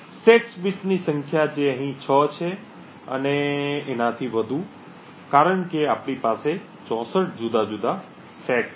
set બિટ્સની સંખ્યા જે અહીં 6 થી વધુ છે કારણ કે આપણે પાસે 64 જુદા જુદા સેટ છે